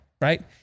right